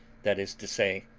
that is to say,